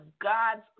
God's